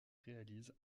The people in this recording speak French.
réalise